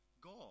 God